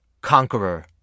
conqueror